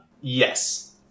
Yes